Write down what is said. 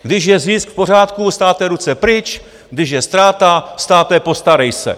Když je zisk v pořádku státe, ruce pryč, když je ztráta státe, postarej se.